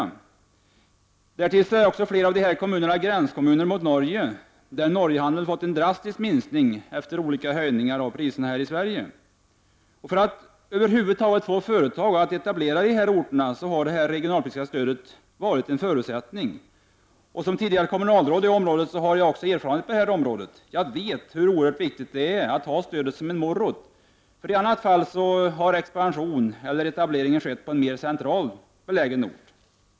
Därtill gränsar också flera av kommunerna mot Norge. Norgehandeln har där fått en drastisk minskning efter olika höjningar av priserna i Sverige. Det regionalpolitiska stödet har varit en förutsättning för att företag över huvud taget skall etablera sig på dessa orter. Såsom tidigare kommunalråd i området har jag en erfarenhet från detta. Jag vet därför hur oerhört viktigt det är att ha stödet som en morot, i annat fall sker expansionen eller etableringen på mer centralt belägna orter.